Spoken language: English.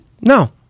no